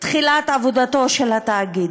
תחילת עבודתו של התאגיד.